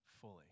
fully